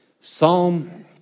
Psalm